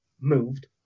moved